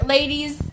Ladies